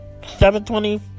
720